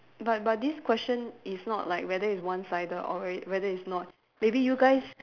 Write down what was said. but but this question is not like whether it's one sided or whe~ whether it's not maybe you guys